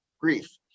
grief